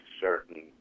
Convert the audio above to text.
certain